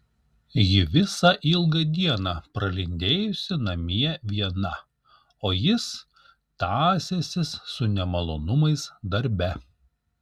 ji visą ilgą dieną pralindėjusi namie viena o jis tąsęsis su nemalonumais darbe